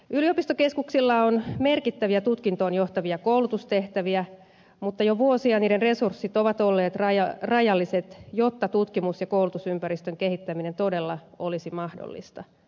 yliopistokeskuksilla on merkittäviä tutkintoon johtavia koulutustehtäviä mutta jo vuosia niiden resurssit ovat olleet rajalliset jotta tutkimus ja koulutusympäristön kehittäminen todella olisi mahdollista